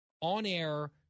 on-air